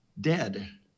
dead